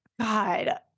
God